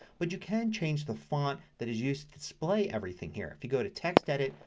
but you can change the font that is used to display everything here. if you go to textedit,